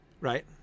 right